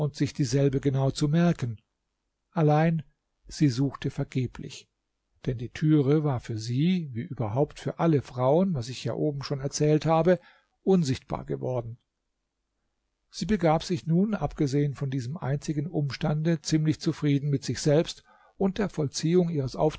sich dieselbe genau zu merken allein sie suchte vergeblich denn die türe war für sie wie überhaupt für alle frauen was ich ja oben schon erzählt habe unsichtbar geworden sie begab sich nun abgesehen von diesem einzigen umstande ziemlich zufrieden mit sich selbst und der vollziehung